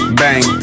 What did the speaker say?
bang